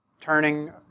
turning